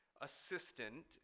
assistant